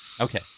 Okay